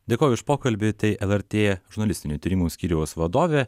dėkoju už pokalbį tai lrt žurnalistinių tyrimų skyriaus vadovė